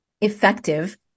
effective